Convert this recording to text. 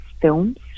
films